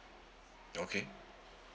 okay